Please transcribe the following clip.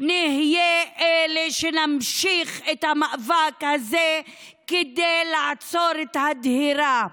נהיה אלה שימשיכו את המאבק הזה כדי לעצור את הדהירה.